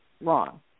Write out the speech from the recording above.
wrong